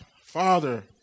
Father